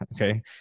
Okay